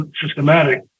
systematic